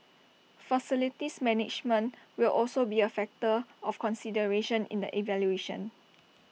facilities management will also be A factor of consideration in the evaluation